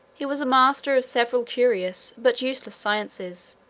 he was a master of several curious, but useless sciences,